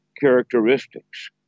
characteristics